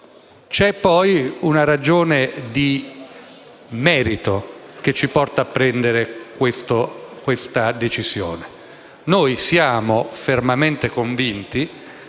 C'è poi una ragione di merito che ci porta a prendere questa decisione: noi siamo fermamente convinti